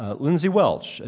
ah lindsey welsch, ah